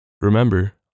Remember